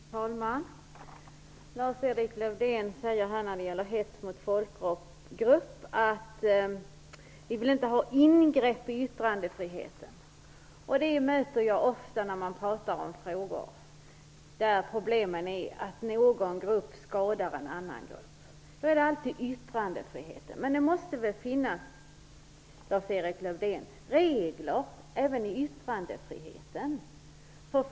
Fru talman! Lars-Erik Lövdén säger när det gäller hets mot folkgrupp att man inte vill ha ingrepp i yttrandefriheten. Det argumentet möter jag ofta när man talar om frågor där problemet är att någon grupp skadar en annan grupp. Då handlar det alltid om yttrandefriheten. Men det måste väl finnas regler även för yttrandefriheten, Lars-Erik Lövdén?